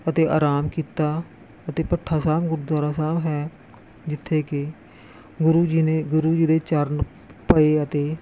ਅਤੇ ਆਰਾਮ ਕੀਤਾ ਅਤੇ ਭੱਠਾ ਸਾਹਿਬ ਗੁਰਦੁਆਰਾ ਸਾਹਿਬ ਹੈ ਜਿੱਥੇ ਕਿ ਗੁਰੂ ਜੀ ਨੇ ਗੁਰੂ ਜੀ ਦੇ ਚਰਨ ਪਏ ਅਤੇ